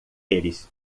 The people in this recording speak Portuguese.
eles